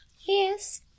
Yes